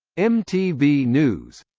mtv news